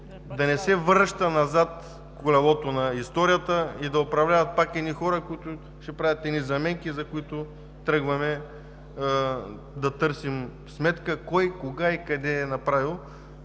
да не връща назад колелото на историята и да управляват пак едни хора, които ще правят едни заменки, за които тръгваме да търсим сметка кой, кога и къде е направил,